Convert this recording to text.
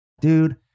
Dude